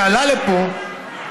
שעלה לפה,